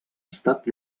estat